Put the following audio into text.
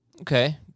Okay